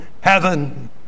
heaven